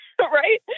Right